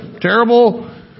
terrible